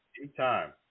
Anytime